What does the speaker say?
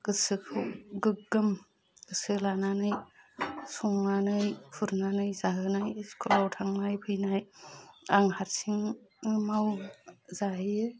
गोसोखौ गोग्गोम गोसो लानानै संनानै खुरनानै जाहोनाय स्कुलाव थांनाय फैनाय आं हारसिंनो मावो जाहोयो